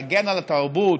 להגן על התרבות,